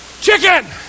Chicken